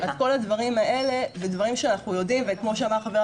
כל הדברים האלה הם דברים שאנחנו יודעים וכמו שאמר ח"כ